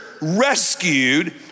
rescued